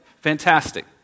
Fantastic